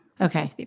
Okay